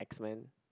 X-Men